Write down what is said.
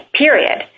period